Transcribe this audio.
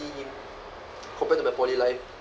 him compared to my poly life